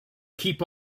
keep